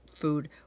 food